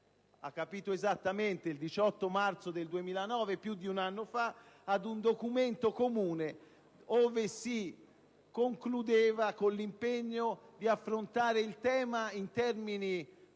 signor Presidente: il 18 marzo 2009, più di un anno fa) ad un documento comune si concludeva con l'impegno ad affrontare il tema in termini